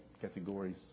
categories